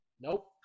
Nope